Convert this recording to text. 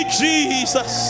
jesus